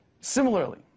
Similarly